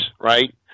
right